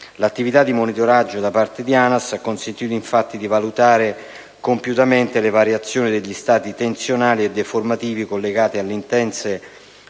L'attività di monitoraggio da parte di ANAS ha consentito infatti di valutare compiutamente le variazioni degli stati tensionali e deformativi collegati alle intense